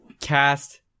cast